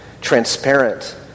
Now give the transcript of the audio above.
transparent